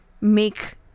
make